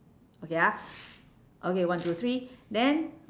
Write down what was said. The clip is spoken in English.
okay ah okay one two three then